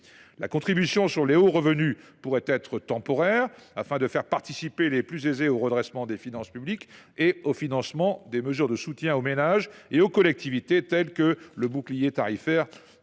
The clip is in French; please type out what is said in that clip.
exceptionnelle sur les hauts revenus (CEHR) permettrait de faire participer les plus aisés au redressement des finances publiques et au financement des mesures de soutien aux ménages et aux collectivités, telles que le bouclier tarifaire.